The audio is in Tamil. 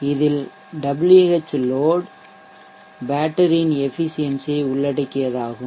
இதில் Whload பேட்டரியின் எஃபிசியென்சி ஐ உள்ளடக்கியதாகும்